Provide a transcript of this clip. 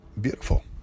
beautiful